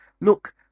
Look